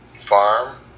farm